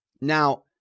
Now